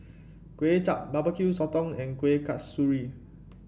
Kuay Chap Barbecue Sotong and Kuih Kasturi